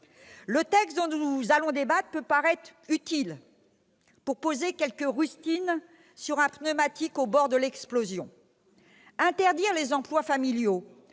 Le texte dont nous allons débattre peut apparaître utile pour poser quelques rustines sur un pneumatique au bord de l'explosion. Interdire les emplois familiaux,